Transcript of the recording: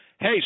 hey